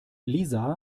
lisa